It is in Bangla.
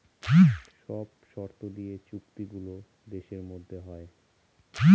সব শর্ত দিয়ে চুক্তি গুলো দেশের মধ্যে হয়